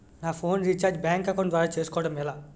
నా phone recharge bank account ద్వారా చేసుకోవటం ఎలా?